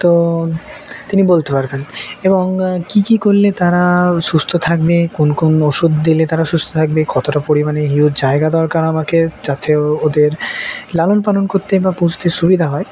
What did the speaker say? তো তিনি বলতে পারবেন এবং কী কী করলে তারা সুস্থ থাকবে কোন কোন ওষুধ দিলে তারা সুস্থ থাকবে কতটা পরিমাণে হিউজ জায়গা দরকার আমাকে যাতে ও ওদের লালন পালন করতে বা পুষতে সুবিধা হয়